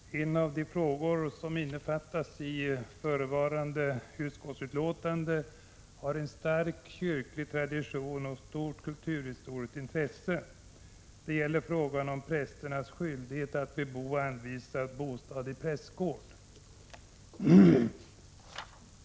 Herr talman! En av de frågor som innefattas i förevarande utskottsbetänkande har en stark kyrklig tradition och ett stort kulturhistoriskt intresse. Det gäller frågan om prästernas skyldighet att bebo anvisad bostad i prästgård.